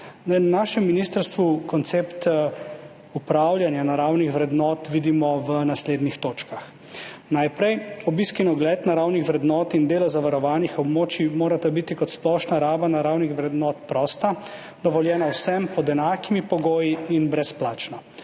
Na našem ministrstvu koncept upravljanja naravnih vrednot vidimo v naslednjih točkah. Najprej. Obisk in ogled naravnih vrednot in dela zavarovanih območij morata biti kot splošna raba naravnih vrednot prosta, dovoljena vsem pod enakimi pogoji in brezplačno.